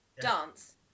dance